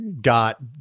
got